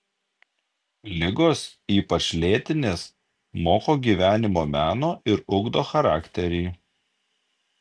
ligos ypač lėtinės moko gyvenimo meno ir ugdo charakterį